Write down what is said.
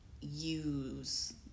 use